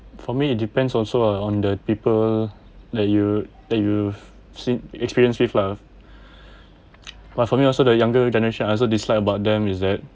for me it depends also ah on the people that you that you seen experience with lah but for me also the younger generation I also dislike about them is that